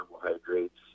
carbohydrates